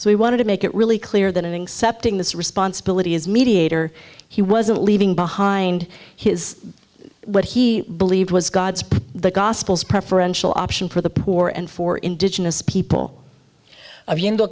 so we wanted to make it really clear that having septic this responsibility is mediator he wasn't leaving behind his what he believed was god's the gospels preferential option for the poor and for indigenous people